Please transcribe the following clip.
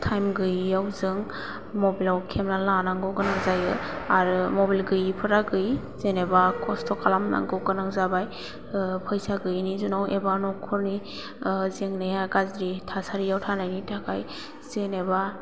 time गैयैयाव जों मबाइलआव खेबना लानांगौ गोनां जायो आरो मबाइल गैयैफोरा गैयै जेनोबा खस्थ' खालामनांगौ गोनां जाबाय फैसा गैयैनि जुनाव एबा न'खरनि जेंनाया गाज्रि थासारियाव थानायनि थाखाय जेनोबा